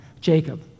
Jacob